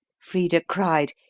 frida cried,